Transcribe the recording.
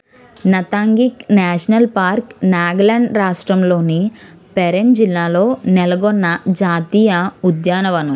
Ntangki national park Nagaland రాష్ట్రంలోని పెరెన్ జిల్లాలో నెలగొన్న జాతీయ ఉద్యానవనం